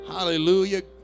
Hallelujah